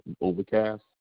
overcast